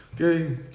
Okay